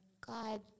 God